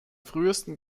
frühesten